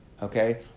okay